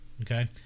okay